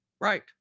Right